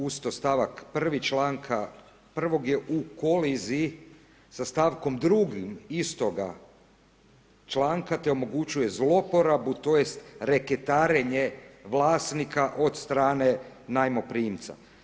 Uz to stavak 1. članka 1. je u koliziji sa stavkom 2. istoga članka te omogućuje zlouporabu tj. reketarnje vlasnika od strane najmoprimca.